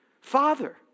father